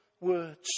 words